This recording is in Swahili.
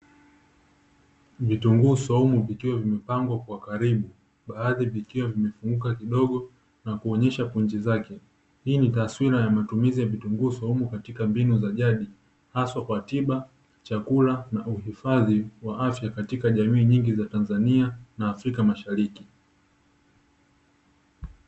Vitunguu saumu vikiwa vimepangwa kwa karibu baadhi vikiwa vimefunguka kidogo na kuonesha punje zake, hii ni taswira ya matumizi ya vitunguu swaumu katika mbinu za jadi hasa kwa, tiba na chakula na uhifadhi wa afya katika jamii nyingi za Tanzania na Afrika ya Mashariki.